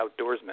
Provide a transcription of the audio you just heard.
outdoorsman